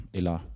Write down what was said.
Eller